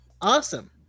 awesome